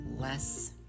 less